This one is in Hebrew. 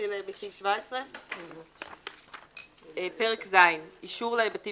נתחיל מסעיף 17. פרק ז': אישור להיבטים